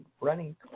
running